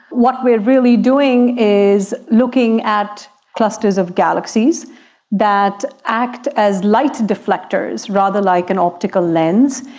what we are really doing is looking at clusters of galaxies that act as light deflectors, rather like an optical lens.